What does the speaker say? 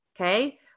okay